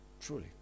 Truly